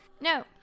No